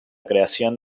creación